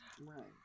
Right